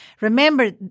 Remember